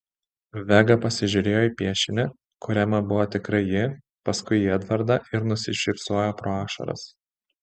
vega pasižiūrėjo į piešinį kuriame buvo tikrai ji paskui į edvardą ir nusišypsojo pro ašaras